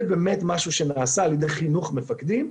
זה משהו שנעשה על ידי חינוך מפקדים.